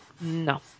No